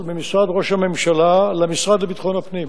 ממשרד ראש הממשלה למשרד לביטחון הפנים.